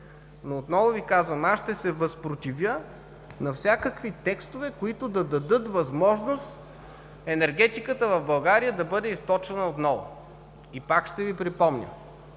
но отново Ви казвам, аз ще се възпротивя на всякакви текстове, които да дадат възможност енергетиката в България да бъде източвана отново. Пак ще Ви припомня